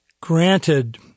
granted